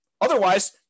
Otherwise